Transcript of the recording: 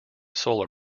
solar